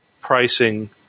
pricing